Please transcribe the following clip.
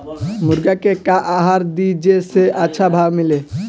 मुर्गा के का आहार दी जे से अच्छा भाव मिले?